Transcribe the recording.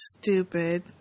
stupid